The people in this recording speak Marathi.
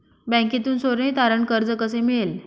बँकेतून सोने तारण कर्ज कसे मिळेल?